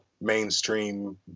mainstream